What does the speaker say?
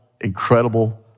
incredible